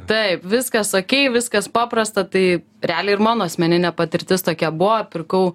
taip viskas okei viskas paprasta tai realiai ir mano asmeninė patirtis tokia buvo pirkau